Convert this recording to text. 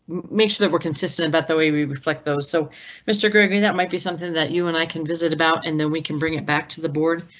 make sure that were consistent about the way we reflect those. so mr. gregory, that might be something that you and i can visit about, and then we can bring it back to the board,